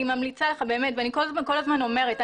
אומרת,